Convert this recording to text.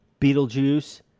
Beetlejuice